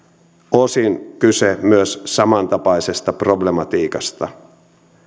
osin kyse myös samantapaisesta problematiikasta